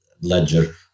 ledger